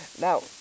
Now